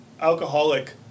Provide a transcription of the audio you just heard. alcoholic